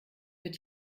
wird